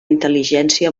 intel·ligència